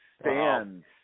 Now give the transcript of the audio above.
stands